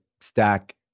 stack